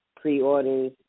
pre-orders